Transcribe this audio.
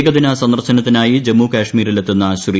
ഏകദിന സന്ദർശനത്തിനായി ജമ്മു കാശ്മീരിലെത്തുന്ന ശ്രീ